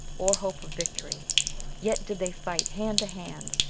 or hope of victory yet did they fight hand to hand,